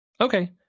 Okay